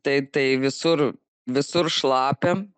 tai tai visur visur šlapia